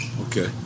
Okay